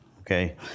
okay